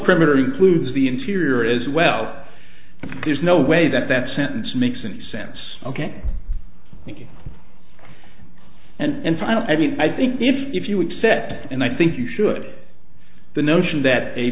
perimeter includes the interior as well there's no way that that sentence makes any sense ok thank you and i mean i think if you accept and i think you should the notion that a